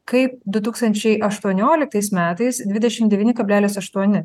kai du tūkstančiai aštuonioliktais metais dvidešimt devyni kablelis aštuoni